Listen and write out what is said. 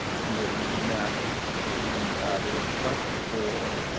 committee met and the request for